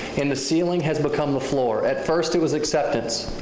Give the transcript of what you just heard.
and the ceiling has become the floor. at first it was acceptance,